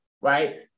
right